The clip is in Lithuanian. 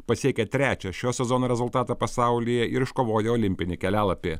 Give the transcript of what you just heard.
pasiekė trečią šio sezono rezultatą pasaulyje ir iškovojo olimpinį kelialapį